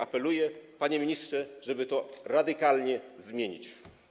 Apeluję, panie ministrze, żeby radykalnie to zmienić.